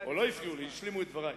לא הפריעו לי, השלימו את דברי.